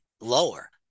lower